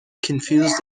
confused